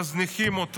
מזניחים,